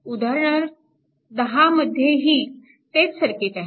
उदाहरण 10 मध्येही तेच सर्किट आहे